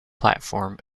platform